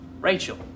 rachel